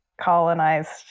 colonized